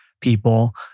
people